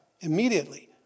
Immediately